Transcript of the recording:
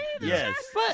Yes